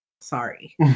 Sorry